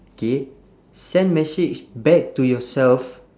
K send message back to yourself